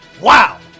Wow